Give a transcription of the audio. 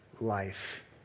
life